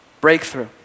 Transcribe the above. Breakthrough